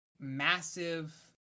massive